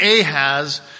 Ahaz